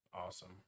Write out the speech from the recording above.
Awesome